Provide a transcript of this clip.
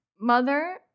mother